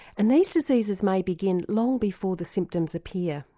and these diseases may begin long before the symptoms appear.